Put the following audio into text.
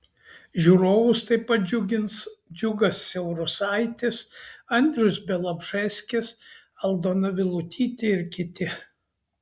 žiūrovus taip pat džiugins džiugas siaurusaitis andrius bialobžeskis aldona vilutytė ir kiti